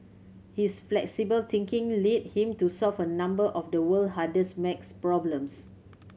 his flexible thinking led him to solve a number of the world hardest maths problems